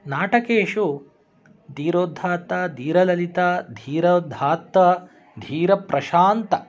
नाटकेषु धीरोदात्तः धीरललितः धीरोधत्तः धीरप्रशान्तः